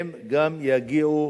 הם גם יגיעו